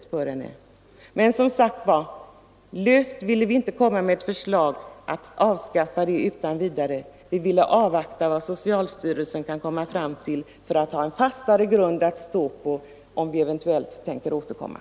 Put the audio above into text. Men vi ville som sagt inte utan vidare gå emot den delen av propositionen — vi ville avvakta vad socialstyrelsen kan komma fram till för att sedan ha en fastare grund att stå på när vi eventuellt återkommer.